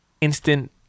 instant